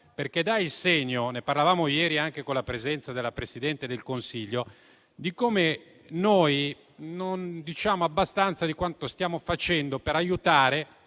perché dà il segno - ne parlavamo ieri anche alla presenza della Presidente del Consiglio - di come noi non diciamo abbastanza di quanto stiamo facendo per aiutare,